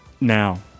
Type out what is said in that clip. now